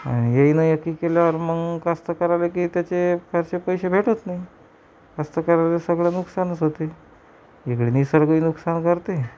आणि यांना एकी केल्यावर मग कष्टकर्याला काही त्याचे फारसे पैसे भेटत नाही कष्टकर्याला सगळं नुकसानच होते इकडे निसर्गही नुकसान करते